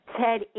Ted